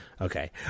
okay